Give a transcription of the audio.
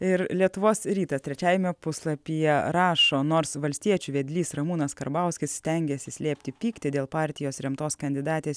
ir lietuvos rytas trečiajame puslapyje rašo nors valstiečių vedlys ramūnas karbauskis stengiasi slėpti pyktį dėl partijos rimtos kandidatės